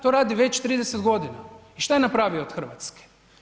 To radi već 30 godina i što je napravio od Hrvatske?